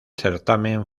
certamen